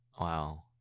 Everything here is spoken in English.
Wow